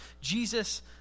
Jesus